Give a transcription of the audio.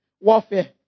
warfare